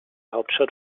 hauptstadt